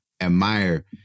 admire